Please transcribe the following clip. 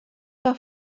que